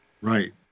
Right